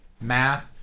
math